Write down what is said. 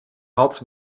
had